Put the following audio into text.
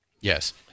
Yes